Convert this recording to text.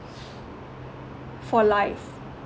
for life